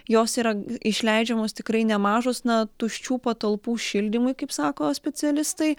jos yra išleidžiamos tikrai nemažos na tuščių patalpų šildymui kaip sako specialistai